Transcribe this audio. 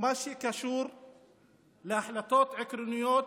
מה שקשור להחלטות עקרוניות